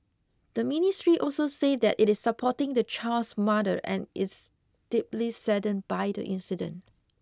the Ministry also said that it is supporting the child's mother and is deeply saddened by the incident